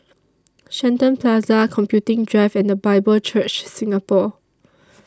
Shenton Plaza Computing Drive and The Bible Church Singapore